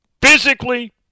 Physically